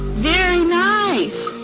very nice.